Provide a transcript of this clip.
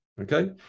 Okay